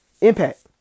Impact